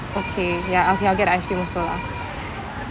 okay ya okay I'll get the ice cream also lah